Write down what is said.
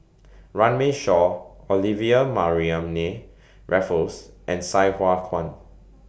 Runme Shaw Olivia Mariamne Raffles and Sai Hua Kuan